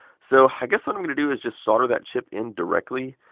so, i guess what i'm going to do is just solder that chip in directly.